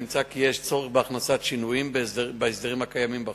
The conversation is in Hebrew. נמצא כי יש צורך בשינויים בהסדרים הקיימים בחוק.